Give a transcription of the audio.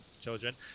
children